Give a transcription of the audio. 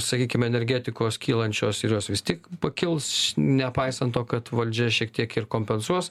sakykime energetikos kylančios ir jos vis tiek pakils nepaisan to kad valdžia šiek tiek ir kompensuos